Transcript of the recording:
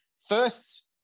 First